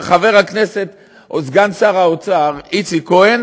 חבר הכנסת, או: סגן שר האוצר איציק כהן